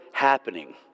happening